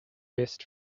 best